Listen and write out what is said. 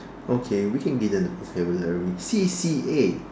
okay we can give them the vocabulary C_C_A